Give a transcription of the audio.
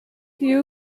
you